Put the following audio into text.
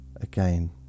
Again